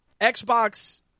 Xbox